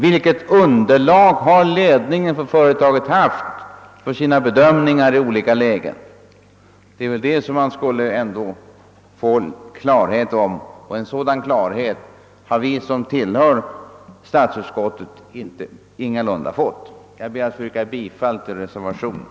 Vilket underlag har ledningen för företaget haft för sina bedömningar i olika situationer? En ökad klarhet i dessa frågor borde vi kunna få, men en sådan klarhet har statsutskottet ingalunda fått. Herr talman! Jag ber att få yrka bifall till reservationen.